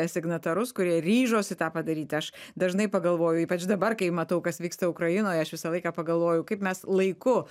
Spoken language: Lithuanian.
signatarus kurie ryžosi tą padaryti aš dažnai pagalvoju ypač dabar kai matau kas vyksta ukrainoje aš visą laiką pagalvojau kaip mes laiku